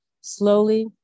slowly